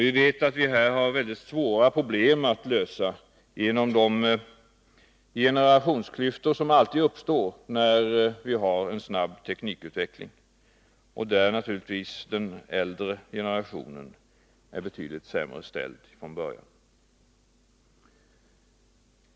Vi vet att vi här har mycket svåra problem att lösa på grund av de generationsklyftor som alltid uppstår när vi har en snabb teknikutveckling, och därvid blir naturligtvis den äldre generationen betydligt sämre ställd från början.